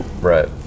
Right